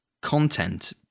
content